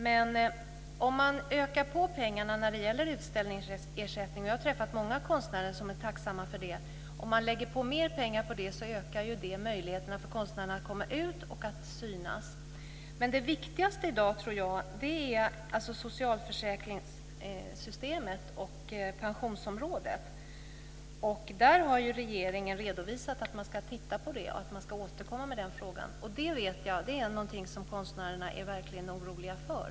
Men om man lägger mer pengar på utställningsersättning - jag har träffat många konstnärer som är tacksamma för det - ökar möjligheterna för konstnärerna att komma ut och för att synas. Men det viktigaste i dag tror jag är socialförsäkringssystemet och pensionsområdet. Regeringen har redovisat att man ska titta på det och att man ska återkomma med den frågan. Det vet jag är någonting som konstnärerna verkligen är oroliga för.